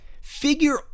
Figure